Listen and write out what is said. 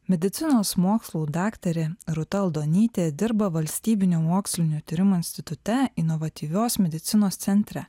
medicinos mokslų daktarė rūta aldonytė dirba valstybinių mokslinių tyrimų institute inovatyvios medicinos centre